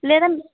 లేదండి